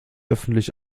öffentlich